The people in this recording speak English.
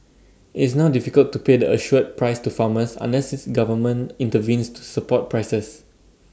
IT is now difficult to pay the assured prices to farmers unless this government intervenes to support prices